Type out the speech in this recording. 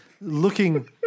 Looking